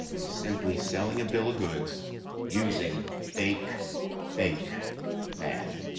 is simply selling a bill of goods using fake fake math.